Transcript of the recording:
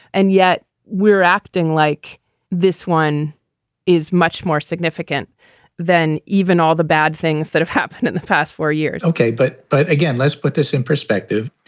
and yet we're acting like this one is much more significant than even all the bad things that have happened in the past four years ok. but but again, let's put this in perspective.